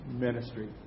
ministry